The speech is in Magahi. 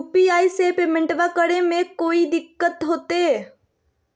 यू.पी.आई से पेमेंटबा करे मे कोइ दिकतो होते?